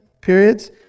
periods